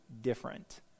different